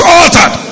altered